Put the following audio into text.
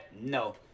no